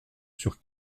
sur